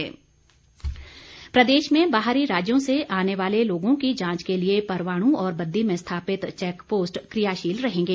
DC Solan प्रदेश में बाहरी राज्यों से आने वाले लोगों की जांच के लिए परवाणू और बद्दी में स्थापित चैक पोस्ट क्रियाशील रहेंगे